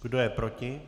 Kdo je proti?